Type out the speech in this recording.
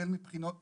החל מבחינות